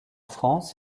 france